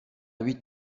huit